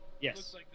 Yes